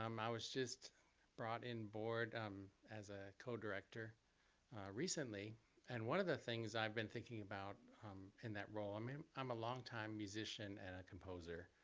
um i was just brought in board um as a co-director recently and one of the things i've been thinking about in that role, i mean, i'm a long time musician and a composer,